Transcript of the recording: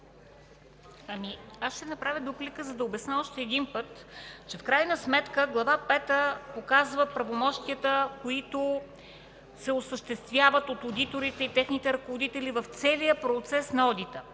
Аз ще направя дуплика, за да обясня още един път, че в крайна сметка Глава пета показва правомощията, които се осъществяват от одиторите и техните ръководители в целия процес на одита.